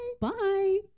Bye